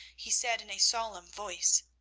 he said, in a solemn voice,